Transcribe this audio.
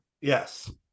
yes